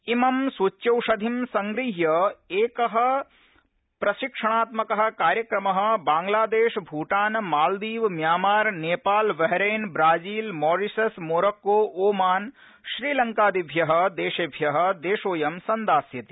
इमं सुच्यौषधिं संगृद्य एक प्रशिक्षणात्मक कार्यक्रम Bangladesh Bhutan Maldives Myanmar Nepal Bahrain Brazil Mauritius Morocco Oman श्रीलंकादिभ्य देशोभ्य देशोऽयं संदास्यति